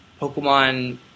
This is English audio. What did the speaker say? Pokemon